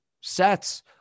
sets